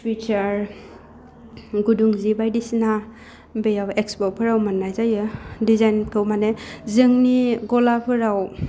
सुइटार गुदुं जि बायदिसिना बेयाव इक्सप'फ्राव मोन्नाय जायो डिजाइनखौ माने जोंनि गलाफोराव